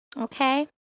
Okay